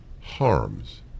harms